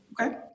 Okay